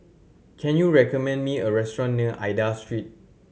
can you recommend me a restaurant near Aida Street